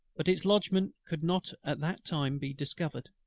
but its lodgment could not at that time be discovered.